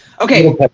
okay